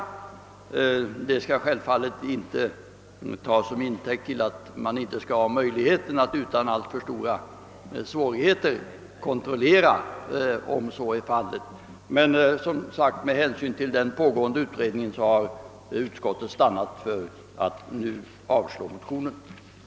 Självfallet bör ett sådant negativt intresse inte tas till intäkt för att väljarna inte skall ha möjlighet att utan alltför stora svårigheter kunna göra en sådan kontroll. Men utskottet har med hänsyn till den pågående utredningen stannat för att avstyrka motionen.